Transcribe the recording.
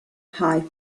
high